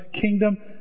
kingdom